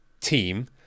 team